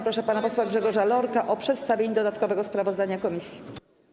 Proszę pana posła Grzegorza Lorka o przedstawienie dodatkowego sprawozdania komisji.